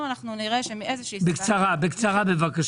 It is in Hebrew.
אם נראה, מאיזושהי סיבה,